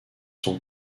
sont